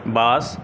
বাস